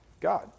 god